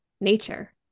nature